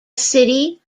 city